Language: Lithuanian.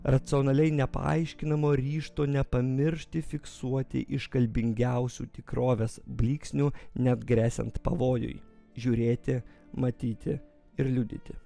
racionaliai nepaaiškinamo ryžto nepamiršti fiksuoti iškalbingiausių tikrovės blyksnių net gresiant pavojui žiūrėti matyti ir liudyti